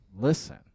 listen